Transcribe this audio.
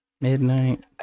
midnight